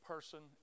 person